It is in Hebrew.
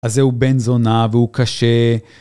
אז זהו בנזונה והוא קשה.